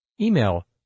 Email